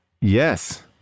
Yes